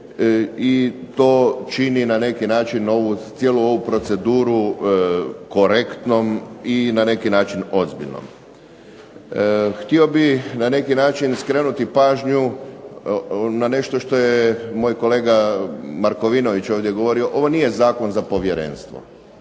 i to čini na neki način cijelu ovu proceduru korektnom i na neki način ozbiljnom. Htio bi na neki način skrenuti pažnju na nešto što je moj kolega Markovinović ovdje govorio, ovo nije zakon za povjerenstvo.